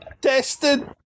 tested